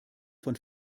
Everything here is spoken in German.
von